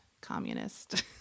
communist